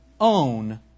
own